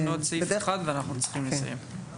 יש לנו עוד סעיף אחד ואנחנו צריכים לסיים.